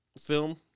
Film